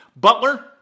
Butler